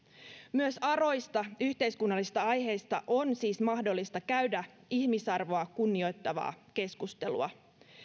myös aroista yhteiskunnallisista aiheista on siis mahdollista käydä ihmisarvoa kunnioittavaa keskustelua